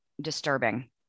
disturbing